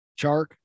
Chark